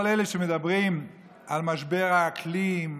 כל אלה שמדברים על משבר האקלים,